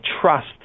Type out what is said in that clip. trust